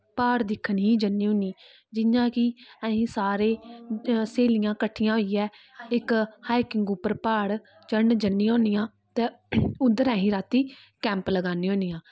प्हाड़ दिक्खन ही जन्नी होन्नी जि'यां कि अहीं सारे स्हेलियां कट्ठियां होइयै इक हाइकिंग उप्पर प्हाड़ चढ़न जन्नियां होन्नियां ते उद्धर अहीं राती कैंप लगानी होन्नियां